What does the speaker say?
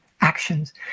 actions